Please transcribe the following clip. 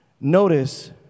Notice